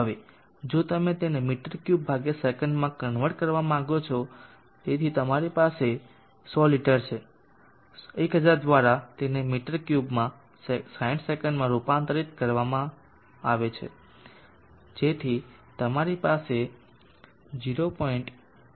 હવે જો તમે તેને મી3 સેકંડમાં કન્વર્ટ કરવા માંગો છો તેથી તમારી પાસે 100 લિટર છે 1000 દ્વારા તેને મી3 માં 60 સેકન્ડમાં રૂપાંતરિત કરવા માટે જેથી તમારી પાસે 0